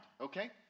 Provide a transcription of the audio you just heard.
okay